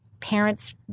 parents